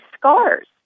scars